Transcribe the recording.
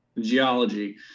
geology